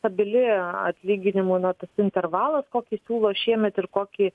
stabili atlyginimų na tas intervalas kokį siūlo šiemet ir kokį